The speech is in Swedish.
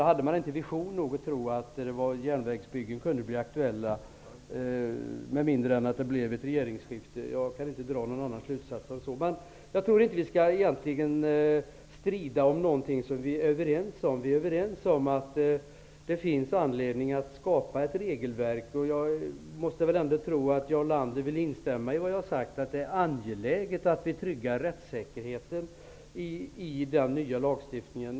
De hade kanske inte visioner nog att tro att järnvägsbyggen kunde bli aktuella med mindre än att det blev ett regeringsskifte. Jag kan inte dra någon annan slutsats. Jag tror inte att vi egentligen skall strida om något som vi är överens om. Vi är överens om att det finns anledning att skapa ett regelverk. Jag måste väl ändå tro att Jarl Lander vill instämma i mitt understrykande av att det är angeläget att vi tryggar rättssäkerheten i den nya lagstiftningen.